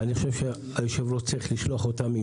אני חושב שהיושב-ראש צריך לשלוח אותם עם